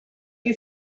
you